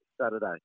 Saturday